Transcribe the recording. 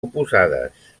oposades